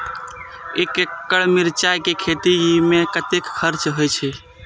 एक एकड़ मिरचाय के खेती में कतेक खर्च होय छै?